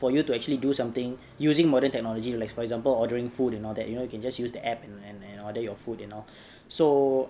for you to actually do something using modern technology like for example ordering food and all that you know you can just use the app and and order your food and all so